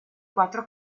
quattro